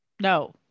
No